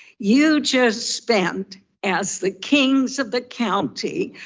you just spent as the kings of the county,